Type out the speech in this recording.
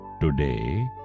Today